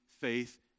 faith